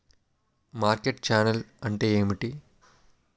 Market channel అంటే ఏంటి?